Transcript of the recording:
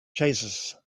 chases